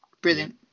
brilliant